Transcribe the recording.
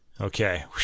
Okay